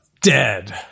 dead